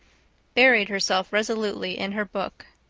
buried herself resolutely in her book.